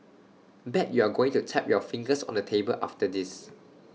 bet you're going to tap your fingers on the table after this